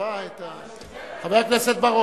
אתה יודע מה,